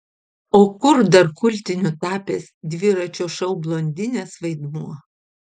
o kur dar kultiniu tapęs dviračio šou blondinės vaidmuo